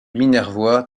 minervois